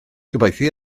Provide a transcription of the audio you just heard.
gobeithio